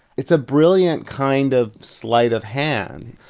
it's a brilliant kind of sleight of hand.